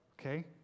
Okay